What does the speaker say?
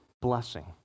blessing